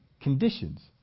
Conditions